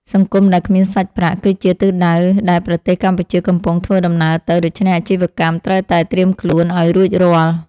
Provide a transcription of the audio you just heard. សង្គមដែលគ្មានសាច់ប្រាក់ គឺជាទិសដៅដែលប្រទេសកម្ពុជាកំពុងធ្វើដំណើរទៅ ដូច្នេះអាជីវកម្មត្រូវតែត្រៀមខ្លួនឱ្យរួចរាល់។